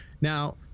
Now